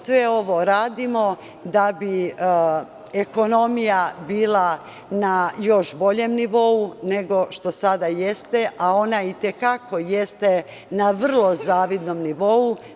Sve ovo radimo da bi ekonomija bila na još boljem nivou, nego što sada jeste, a ona i te kako jeste na vrlo zavidnom nivou.